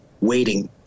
waiting